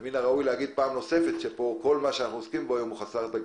ומן הראוי להגיד פעם נוספת שכל מה שאנחנו עוסקים בו היום הוא חסר תקדים.